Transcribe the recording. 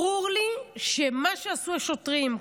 ברור לי שמה שעשו שוטרים,